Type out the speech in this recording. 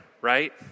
right